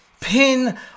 pin